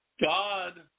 God